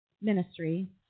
ministry